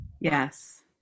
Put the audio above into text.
Yes